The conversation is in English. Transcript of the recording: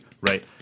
right